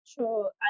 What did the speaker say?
sure